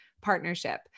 partnership